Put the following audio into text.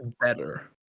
better